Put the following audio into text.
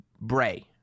Bray